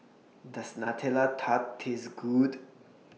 Does Nutella Tart Taste Good